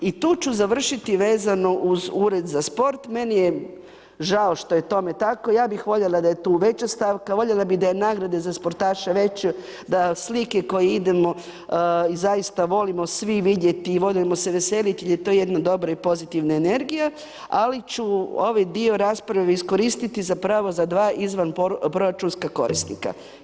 I tu ću završiti vezano uz Ured za sport, meni je žao što je tome tako, ja bih voljela da je tu veća stavka, voljela bi da je nagrade za sportaše veće, da slike koje idemo, i zaista volimo svi vidjeti i volimo se veseliti, jer je to jedna dobra i pozitivna energija, ali ću ovaj dio rasprave iskoristiti za pravo dva za izvan proračunska korisnika.